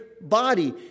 body